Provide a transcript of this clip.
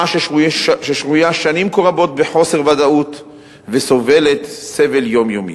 ששבויה שנים כה רבות בחוסר ודאות וסובלת סבל יומיומי.